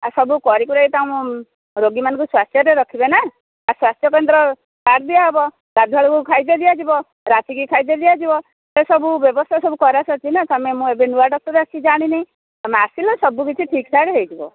ସବୁ କରି କୁରାଇ କାମ ରୋଗୀମାନଙ୍କୁ ରଖିବେ ନା ଆଉ ସ୍ୱାସ୍ଥ୍ୟକେନ୍ଦ୍ର କା୍ର୍ଡ ଦିଆହେବ ଗାଧୁଆ ବେଳକୁ ଖାଇବା ପିଇବା ଦିଆଯିବ ରାତିକି ଖାଦ୍ୟ ଦିଆଯିବ ସେସବୁ ବ୍ୟବସ୍ଥା କରାଯିବ ତୁମେ ନା ମୁଁ ଏବେ ନୂଆ ଡକ୍ଟର ଆସଛି ଜାଣିନି ତୁମେ ଆସିଲେ ସବୁକିଛି ଠିକ ଠାକ ହୋଇଯିବ